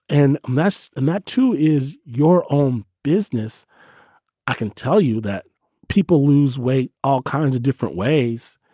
and mass. and that, too, is your own business i can tell you that people lose weight all kinds of different ways.